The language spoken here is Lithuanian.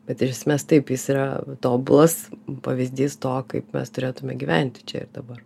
bet ir iš esmės taip jis yra tobulas pavyzdys to kaip mes turėtume gyventi čia ir dabar